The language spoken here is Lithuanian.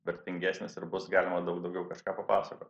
vertingesnis ir bus galima daug daugiau kažką papasakot